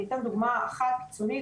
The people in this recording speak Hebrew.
אני אתן דוגמא אחת קיצונית,